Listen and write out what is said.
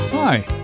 Hi